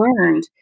learned